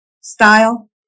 style